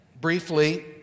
briefly